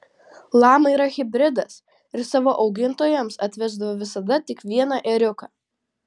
lama yra hibridas ir savo augintojams atvesdavo visada tik vieną ėriuką